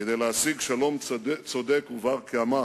כדי להשיג שלום צודק ובר-קיימא